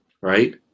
Right